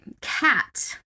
Cat